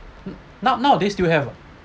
now nowadays still have ah